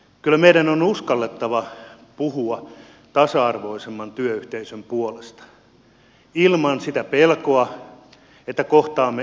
kyllä meidän on uskallettava puhua tasa arvoisemman työyhteisön puolesta ilman sitä pelkoa että kohtaamme äänestäjien vihan